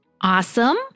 awesome